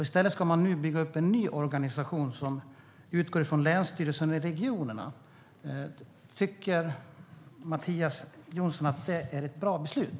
I stället ska man nu bygga upp en ny organisation som utgår från länsstyrelsen och regionerna. Tycker Mattias Jonsson att det är ett bra beslut?